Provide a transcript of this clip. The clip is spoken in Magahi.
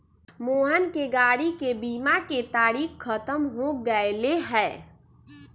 मोहन के गाड़ी के बीमा के तारिक ख़त्म हो गैले है